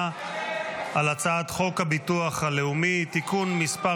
על הצעת חוק הביטחון הלאומי (תיקון מס'